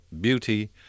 beauty